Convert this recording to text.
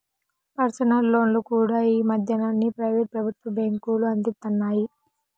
personal లోన్లు కూడా యీ మద్దెన అన్ని ప్రైవేటు, ప్రభుత్వ బ్యేంకులూ అందిత్తన్నాయి